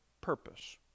purpose